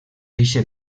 eixe